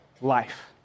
life